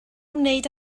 wneud